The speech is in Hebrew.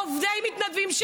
עובדים מתנדבים,